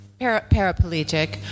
paraplegic